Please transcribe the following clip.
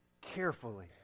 carefully